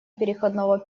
переходного